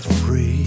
free